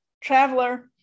traveler